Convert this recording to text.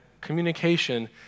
communication